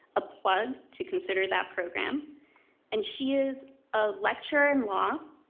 a plug to consider that program and she is a lecturer in law,